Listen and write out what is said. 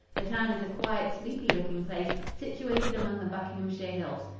the town is a quiet, sleepy-looking place, situated among the buckinghamshire hills.